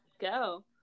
go